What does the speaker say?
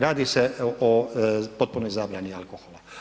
Radi se o potpunoj zabrani alkohola.